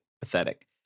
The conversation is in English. pathetic